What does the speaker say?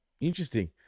Interesting